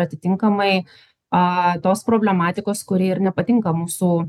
atitinkamai a tos problematikos kuri ir nepatinka mūsų